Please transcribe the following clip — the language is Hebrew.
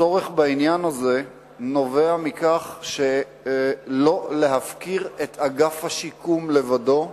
הצורך בעניין הזה נובע מכך שאין להפקיר את אגף השיקום לבדו,